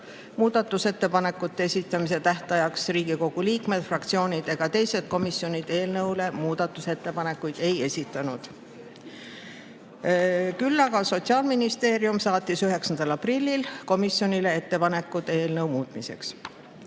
Muudatusettepanekute esitamise tähtajaks Riigikogu liikmed, fraktsioonid ega komisjonid eelnõu kohta muudatusettepanekuid ei esitanud. Küll aga saatis Sotsiaalministeerium 9. aprillil komisjonile ettepanekud eelnõu muutmiseks.